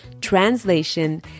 translation